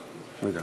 ראשית,